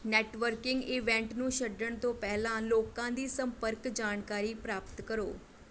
networking event ਨੂੰ ਛੱਡਣ ਤੋਂ ਪਹਿਲਾਂ ਲੋਕਾਂ ਦੀ ਸੰਪਰਕ ਜਾਣਕਾਰੀ ਪ੍ਰਾਪਤ ਕਰੋ